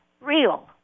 real